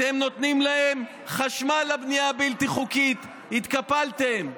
אתם נותנים להם חשמל לבנייה הבלתי-חוקית, התקפלתם.